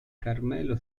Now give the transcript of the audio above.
carmelo